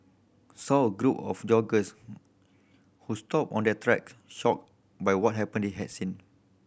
saw a group of joggers who stopped on their track shocked by what happen they had seen